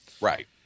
right